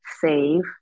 save